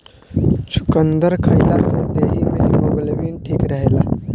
चुकंदर खइला से देहि में हिमोग्लोबिन ठीक रहेला